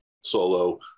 solo